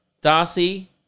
Darcy